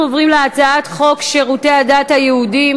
אנחנו עוברים להצעת חוק שירותי הדת היהודיים